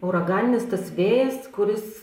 uraganinis vėjas kuris